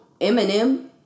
Eminem